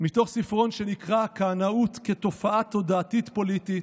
בתוך ספרון שנקרא "הכהנאות כתופעה תודעתית פוליטית"